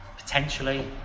potentially